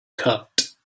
cut